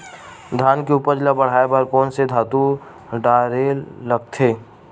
धान के उपज ल बढ़ाये बर कोन से खातु डारेल लगथे?